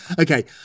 Okay